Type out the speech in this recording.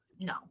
no